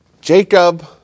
Jacob